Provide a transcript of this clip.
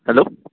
hello